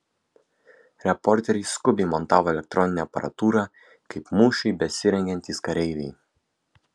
reporteriai skubiai montavo elektroninę aparatūrą kaip mūšiui besirengiantys kareiviai